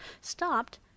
stopped